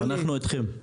אנחנו אתכם.